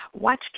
Watch